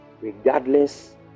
regardless